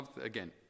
Again